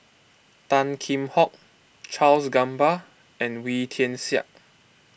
Tan Kheam Hock Charles Gamba and Wee Tian Siak